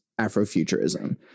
afrofuturism